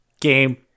Game